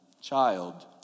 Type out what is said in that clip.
child